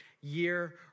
year